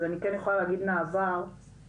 אז אני כן יכולה להגיד מהעבר שיש